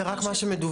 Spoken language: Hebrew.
זה רק מה שמדווח,